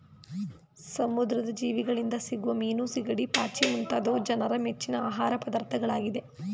ಸಮುದ್ರದ ಜೀವಿಗಳಿಂದ ಸಿಗುವ ಮೀನು, ಸಿಗಡಿ, ಪಾಚಿ ಮುಂತಾದವು ಜನರ ಮೆಚ್ಚಿನ ಆಹಾರ ಪದಾರ್ಥಗಳಾಗಿವೆ